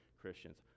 Christians